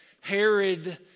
Herod